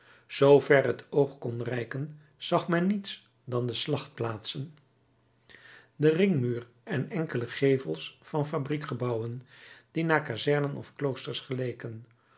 zoo ver het oog kon reiken zag men niets dan de slachtplaatsen den ringmuur en enkele gevels van fabriekgebouwen die naar kazernen of kloosters geleken